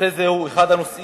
נושא זה הוא אחד הנושאים